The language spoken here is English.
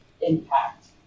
impact